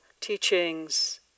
teachings